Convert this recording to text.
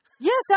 Yes